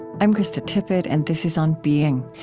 i'm krista tippett, and this is on being.